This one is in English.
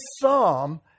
psalm